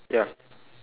ya